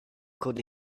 could